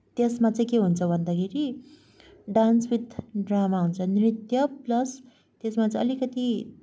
त्यसमा चाहिँ के हुन्छ भन्दाखेरि डान्स विथ ड्रामा हुन्छ नृत्य प्लस त्यसमा चाहिँ अलिकति